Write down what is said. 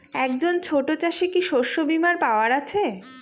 একজন ছোট চাষি কি শস্যবিমার পাওয়ার আছে?